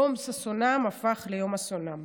יום ששונם הפך ליום אסונם.